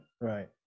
Right